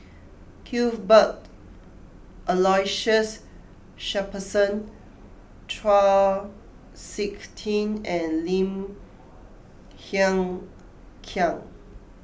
Cuthbert Aloysius Shepherdson Chau Sik Ting and Lim Hng Kiang